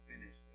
finish